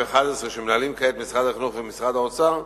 שמנהלים כעת משרד החינוך ומשרד האוצר,